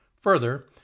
Further